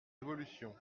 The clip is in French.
évolutions